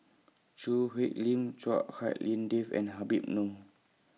Choo Hwee Lim Chua Hak Lien Dave and Habib Noh